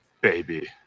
baby